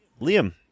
Liam